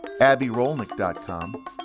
abbyrolnick.com